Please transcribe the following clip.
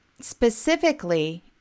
specifically